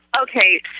Okay